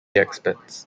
experts